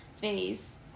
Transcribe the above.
face